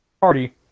party